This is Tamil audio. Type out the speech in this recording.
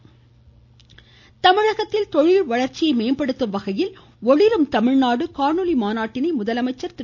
முதலமைச்சர் தமிழகத்தில் தொழில் வளர்ச்சியை மேம்படுத்தும் வகையில் ஒளிரும் தமிழ்நாடு காணொளி மாநாட்டினை முதலமைச்சர் திரு